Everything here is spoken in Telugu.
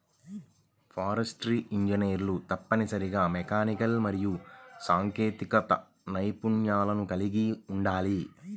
ఫారెస్ట్రీ ఇంజనీర్లు తప్పనిసరిగా మెకానికల్ మరియు సాంకేతిక నైపుణ్యాలను కలిగి ఉండాలి